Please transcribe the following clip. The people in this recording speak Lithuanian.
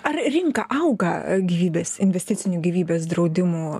ar rinka auga gyvybės investicinių gyvybės draudimų